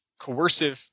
coercive